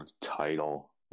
Title